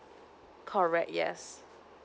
correct yes